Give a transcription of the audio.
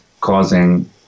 causing